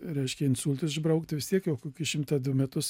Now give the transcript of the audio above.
reiškia insultus išbraukt vistiek jau kokį šimtą du metus